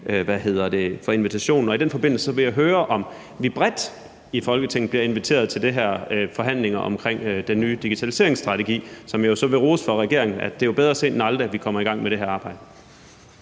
glad for invitationen. I den forbindelse vil jeg høre, om vi bredt i Folketinget bliver inviteret til de her forhandlinger om den nye digitaliseringsstrategi, som jeg vil rose regeringen for, for det er jo bedre sent end aldrig, at vi kommer i gang med det her arbejde.